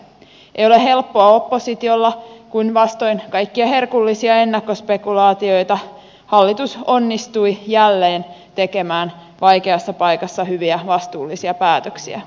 ei ole helppoa oppositiolla kun vastoin kaikkia herkullisia ennakkospekulaatioita hallitus onnistui jälleen tekemään vaikeassa paikassa hyviä vastuullisia päätöksiä